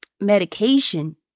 medication